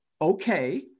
okay